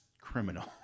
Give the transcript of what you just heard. criminal